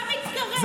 מה מתקרב?